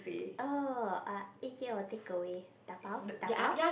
oh ah eat here or take away dabao dabao